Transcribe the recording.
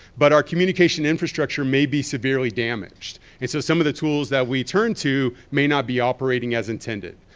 but our communication infrastructure may be severely damaged. and so some of the tools that we turn to may not be operating as intended.